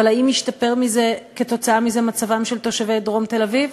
אבל האם ישתפר כתוצאה מזה מצבם של תושבי דרום תל-אביב?